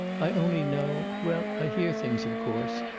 i only know well, i hear things, of course.